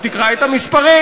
תקרא את המספרים.